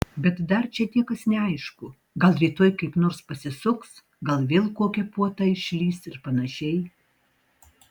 bet dar čia niekas neaišku gal rytoj kaip nors pasisuks gal vėl kokia puota išlįs ir panašiai